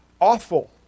awful